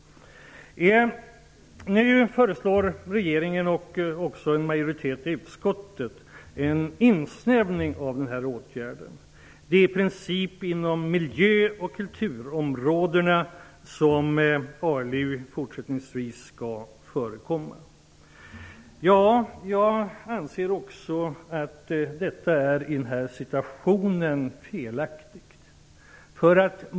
Nu föreslår regeringen och en majoritet i utskottet en insnävning av åtgärden. Det är i princip inom miljö och kulturområdena som ALU fortsättningsvis skall förekomma. Jag anser också att detta är i denna situation felaktigt.